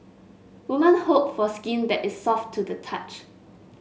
woman hope for skin that is soft to the touch